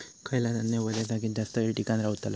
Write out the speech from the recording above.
खयला धान्य वल्या जागेत जास्त येळ टिकान रवतला?